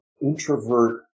introvert